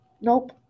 nope